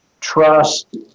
trust